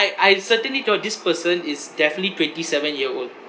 I certainly thought this person is definitely twenty seven year old